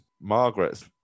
Margaret's